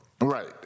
Right